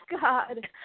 God